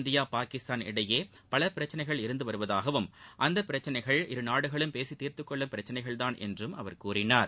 India Pakistan இடையே பல பிரச்சினைகள் இருந்து வருவதாகவும் அப்பிரச்சினைகள் இரு நாடுகளும் பேசி தீர்த்துக் கொள்ளும் பிரச்சினைகள்தான் என்றும் அவர் கூறினார்